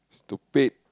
stupid